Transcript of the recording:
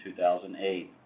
2008